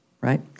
Right